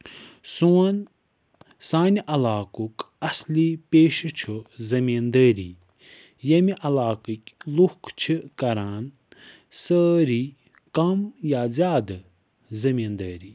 سوٚن سانہِ علاقُک اَصلی پیشہٕ چھُ زٔمیٖن دٲری ییٚمہِ علاقٕکۍ لُکھ چھِ کَران سٲری کَم یا زیادٕ زٔمیٖن دٲری